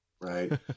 right